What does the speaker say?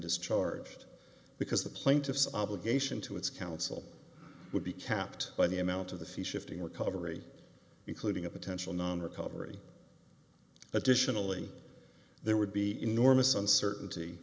discharged because the plaintiff's obligation to its counsel would be capped by the amount of the few shifting recovery including a potential non recovery additionally there would be enormous uncertainty